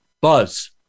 buzz